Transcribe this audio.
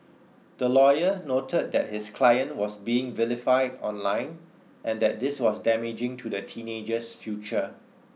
the lawyer noted that his client was being vilified online and that this was damaging to the teenager's future